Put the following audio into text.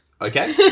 Okay